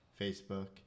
Facebook